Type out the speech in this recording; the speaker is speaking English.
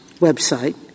website